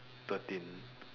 thirteen